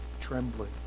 trembling